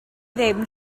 ddim